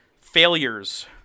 failures